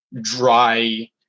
dry